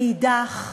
מאידך גיסא,